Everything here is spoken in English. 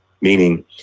meaning